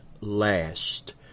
last